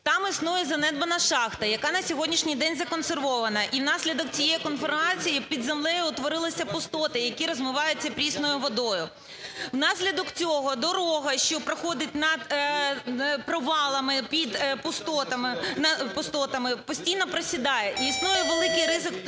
Там існує занедбана шахта, яка на сьогоднішній день законсервована, і внаслідок цієї конформації під землею утворилися пустоти, які розмиваються прісною водою. Внаслідок цього дорога, що проходить над провалами під пустотами, постійно присідає і існує великий ризик її